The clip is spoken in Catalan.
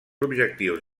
objectius